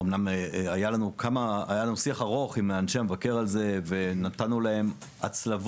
אמנם היה לנו שיח ארוך עם אנשי המבקר על כך ונתנו להם הצלבות